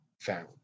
found